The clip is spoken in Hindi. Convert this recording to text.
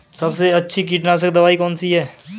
सबसे अच्छी कीटनाशक दवाई कौन सी है?